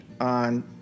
on